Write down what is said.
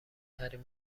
ترین